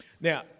Now